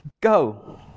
go